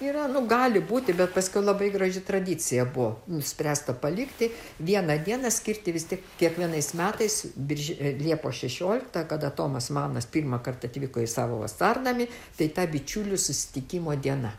yra nu gali būti bet paskiau labai graži tradicija buvo nuspręsta palikti vieną dieną skirti vis tiek kiekvienais metais birž liepos šešioliktą kada tomas manas pirmą kartą atvyko į savo vasarnamį tai ta bičiulių susitikimo diena